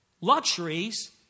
Luxuries